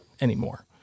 anymore